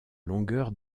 longueur